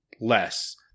less